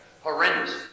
horrendous